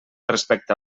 respecte